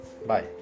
Bye